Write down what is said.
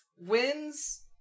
Wins